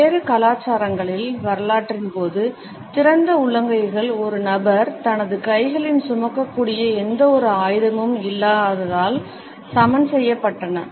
வெவ்வேறு கலாச்சாரங்களில் வரலாற்றின் போது திறந்த உள்ளங்கைகள் ஒரு நபர் தனது கைகளில் சுமக்கக்கூடிய எந்தவொரு ஆயுதமும் இல்லாததால் சமன் செய்யப்பட்டன